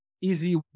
easy